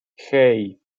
hey